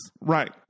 right